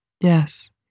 Yes